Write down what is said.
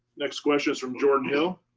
next question is from jordan hill.